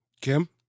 Kim